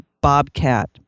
bobcat